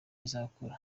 izakora